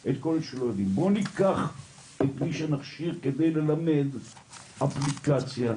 ניקח את מי שנכשיר כדי ללמד אפליקציה,